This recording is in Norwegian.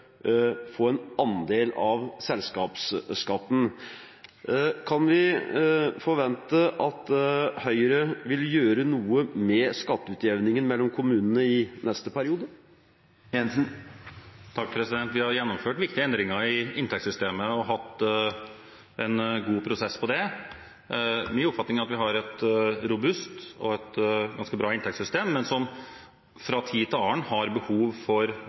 få en andel av selskapsskatten. Kan vi forvente at Høyre vil gjøre noe med skatteutjevningen mellom kommunene i neste periode? Vi har gjennomført viktige endringer i inntektssystemet og hatt en god prosess på det. Min oppfatning er at vi har et robust og ganske bra inntektssystem, men som fra tid til annen har behov for